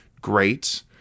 great